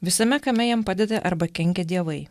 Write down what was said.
visame kame jam padeda arba kenkia dievai